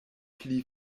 pli